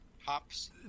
Hops